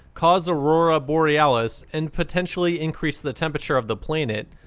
cause aurora borealis, and potentially increase the temperature of the planet.